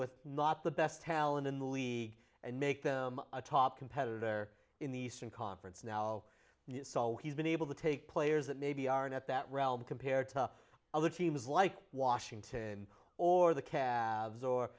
with not the best talent in the league and make them a top competitor in the eastern conference now he's been able to take players that maybe aren't at that realm compared to other teams like washington or the cavs or